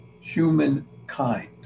humankind